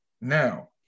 Now